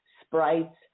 sprites